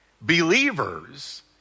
believers